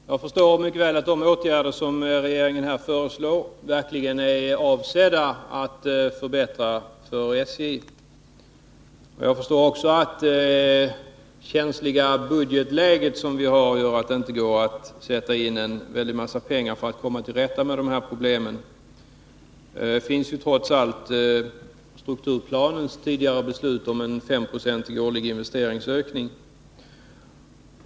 Herr talman! Jag förstår mycket väl att de åtgärder som regeringen föreslår verkligen är avsedda att förbättra för SJ. Jag förstår också att det känsliga budgetläge som vi har gör att det inte går att sätta in en väldig massa pengar för att komma till rätta med de här problemen. Men det finns trots allt ett tidigare beslut i strukturplanen om en S-procentig årlig investeringsökning.